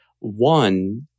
One